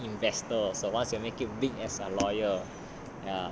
come on board as my investor so once you make it big as a lawyer